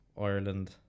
Ireland